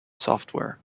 software